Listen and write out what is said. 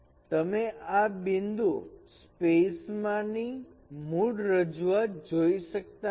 તમે આ બિંદુ સ્પેસ માં ની મૂળ રજૂઆત જોઈ શકતા નથી